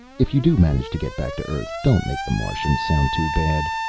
if you do manage to get back to earth, don't make the martians sound too bad.